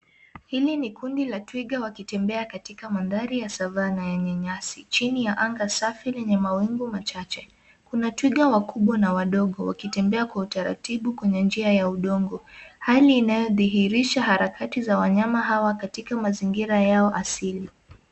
Hili ni kundi la twiga wakitembea katika mandhari ya savannah yenye nyasi. Chini ya anga safi lenye mawingu machache. Kuna twiga wakubwa na wadogo wakitembea kwa utaratibu kwenye njia ya udongo. Hali inayodhihirisha harakati za wanyama hawa katika mazingira yao asili.